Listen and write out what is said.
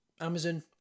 Amazon